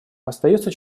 остается